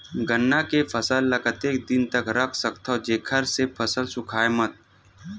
गन्ना के फसल ल कतेक दिन तक रख सकथव जेखर से फसल सूखाय मत?